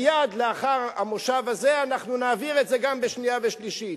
מייד לאחר המושב הזה אנחנו נעביר את זה גם בשנייה ובשלישית.